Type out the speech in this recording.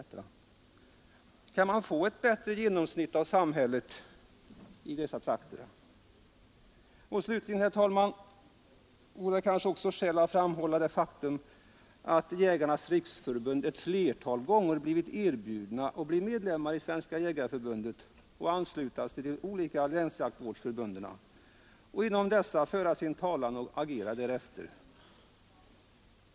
Kan man få ett bättre genomsnitt av samhället i dessa trakter? Slutligen, herr talman, vore det kanske också skäl att framhålla det faktum att Jägarnas riksförbund ett flertal gånger erbjudits att bli medlemmar i Svenska jägareförbundet och anslutas till de olika länsjaktvårdsförbunden och inom dessa föra sin talan och agera därefter.